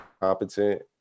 competent